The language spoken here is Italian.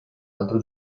altro